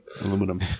Aluminum